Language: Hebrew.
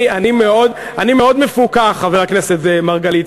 אני מאוד מפוכח, חבר הכנסת מרגלית.